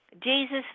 Jesus